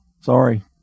sorry